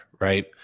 right